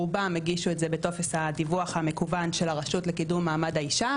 רובם הגישו את זה בטופס הדיווח המקוון של הרשות לקידום מעמד האישי,